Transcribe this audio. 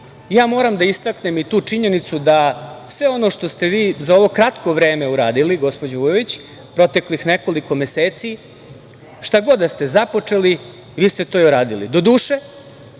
građana. Moram da istaknem i tu činjenicu da sve ono što ste vi za ovo kratko vreme uradili, gospođo Vujović, proteklih nekoliko meseci, šta god da ste započeli, vi ste to i uradili.